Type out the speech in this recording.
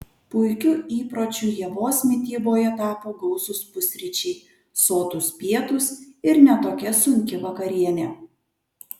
puikiu įpročiu ievos mityboje tapo gausūs pusryčiai sotūs pietūs ir ne tokia sunki vakarienė